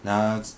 nah